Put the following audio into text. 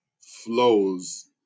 flows